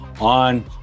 on